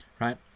right